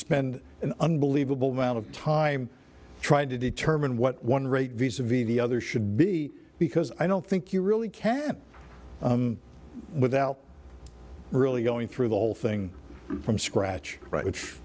spend an unbelievable amount of time trying to determine what one rate visa v the other should be because i don't think you really can without really going through the whole thing from scratch right which